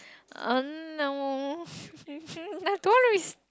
uh no i don't wanna be s~